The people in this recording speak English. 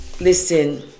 Listen